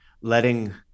letting